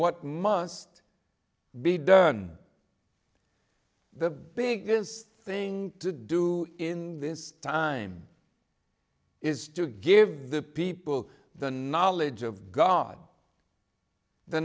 what must be done the big this thing to do in this time is to give the people the knowledge of god the